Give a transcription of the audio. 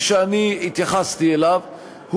כפי שאני התייחסתי אליו,